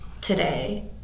today